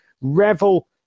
revel